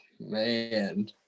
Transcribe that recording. man